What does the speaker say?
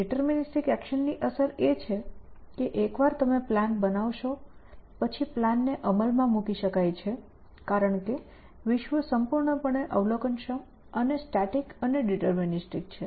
deterministic એક્શનની અસર એ છે કે એકવાર તમે પ્લાન બનાવશો પછી પ્લાનિંગને અમલમાં મૂકી શકાય છે કારણ કે વિશ્વ સંપૂર્ણપણે અવલોકનક્ષમ અને સ્ટેટિક અને ડિટર્મિનીસ્ટિક છે